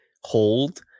hold